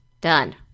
done